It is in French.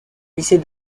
lycée